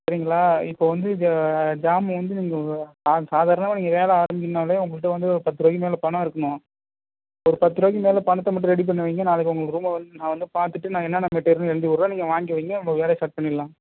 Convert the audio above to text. சரிங்களா இப்போ வந்து த சா சாதாரணமா நீங்கள் வேலை ஆரம்பிக்கணுனாலே உங்கள்கிட்ட வந்து ஒரு பத்துருவாய்க்கு மேலே பணம் இருக்கனும் ஒரு பத்துருவாய்க்கு மேலே பணத்தை மட்டும் ரெடி பண்ணி வைங்க நாளைக்கு உங்களுது ரூமை வந்து நான் வந்து பார்த்துட்டு நான் என்னான்னா மெட்டீரியல்ன்னு எழுதிவிடுறேன் நீங்கள் வாங்கி வைங்க நம்ப வேலையை ஸ்டார்ட் பண்ணிரலாம்